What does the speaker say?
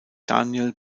daniel